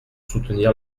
soutenir